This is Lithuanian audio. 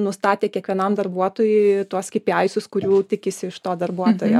nustatė kiekvienam darbuotojui tuos kaip kipėaisus kurių tikisi iš to darbuotojo